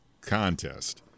contest